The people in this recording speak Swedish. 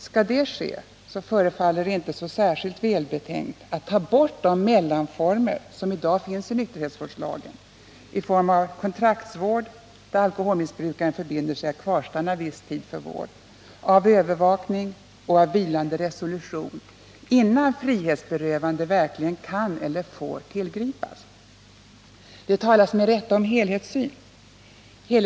Skall detta ske, förefaller det inte särskilt välbetänkt att ta bort de mellanformer som i dag finns i nykterhetsvårdslagen i form av kontraktsvård, där alkoholmissbrukaren förbinder sig att kvarstanna viss tid för vård, av övervakning och av vilande resolution, innan frihetsberövande verkligen kan eller får tillgripas. Det talas med rätta om tillämpning av en helhetssyn.